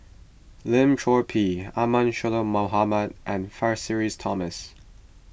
Lim Chor Pee Ahmad Mohamad and Francis Thomas